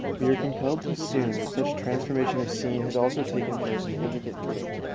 we are compelled to assume that such transformation of scene has also taken place in intricate dreams,